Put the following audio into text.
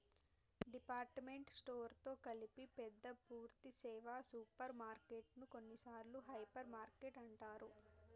department store తో కలిపి పెద్ద పూర్థి సేవ సూపర్ మార్కెటు ను కొన్నిసార్లు హైపర్ మార్కెట్ అంటారు